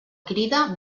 crida